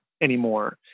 anymore